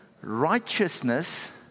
righteousness